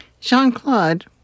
Jean-Claude